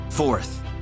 Fourth